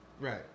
Right